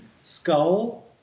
skull